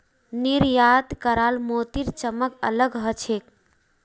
निर्यात कराल मोतीर चमक अलग ह छेक